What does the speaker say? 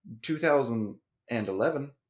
2011